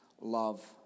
love